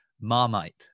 Marmite